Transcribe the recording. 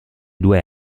due